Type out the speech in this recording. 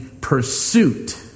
pursuit